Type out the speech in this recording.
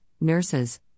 nurses